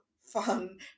fun